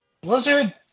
Blizzard